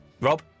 Rob